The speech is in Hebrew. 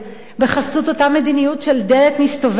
בחסות אותה מדיניות של דלת מסתובבת,